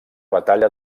batalla